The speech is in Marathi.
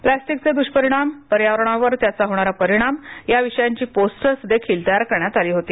प्लॅस्टिकचे दृष्परिणाम पर्यावरणावर त्याचा होणार परिणाम या विषयांची पोस्टर्स तयार करण्यात आलीहोती